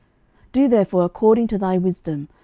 do therefore according to thy wisdom,